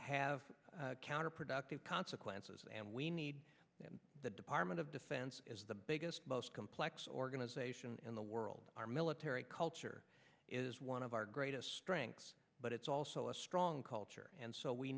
have counterproductive consequences and we need in the apartment of defense is the biggest most complex organization in the world our military culture is one of our greatest strengths but it's also a strong culture and so we